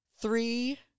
three